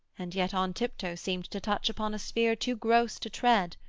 and yet on tiptoe seemed to touch upon a sphere too gross to tread,